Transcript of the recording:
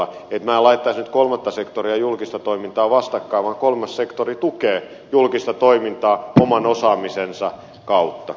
minä en laittaisi nyt kolmatta sektoria ja julkista toimintaa vastakkain vaan kolmas sektori tukee julkista toimintaa oman osaamisensa kautta